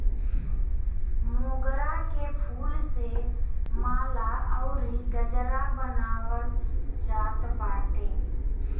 मोगरा के फूल से माला अउरी गजरा बनावल जात बाटे